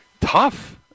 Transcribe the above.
tough